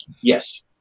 Yes